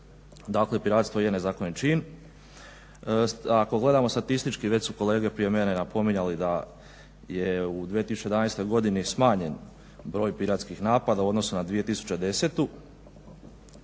Dakle piratstvo je nezakonit čin. Ako gledamo statistički, već su kolege prije mene napominjali da je u 2011. godini smanjen broj piratskih napada u odnosu na 2010., no